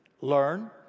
learn